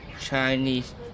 Chinese